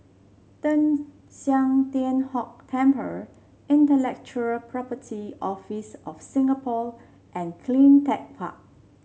Teng San Tian Hock Temple Intellectual Property Office of Singapore and CleanTech Park